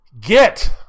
get